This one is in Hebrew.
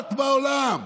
מושחת בעולם.